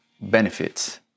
benefits